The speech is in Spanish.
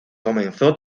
comenzó